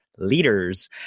leaders